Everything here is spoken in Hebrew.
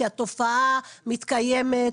כי התופעה מתקיימת,